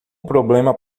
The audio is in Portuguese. problema